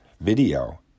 video